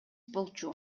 болчу